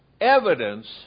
evidence